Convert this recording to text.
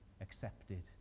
accepted